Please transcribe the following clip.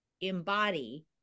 embody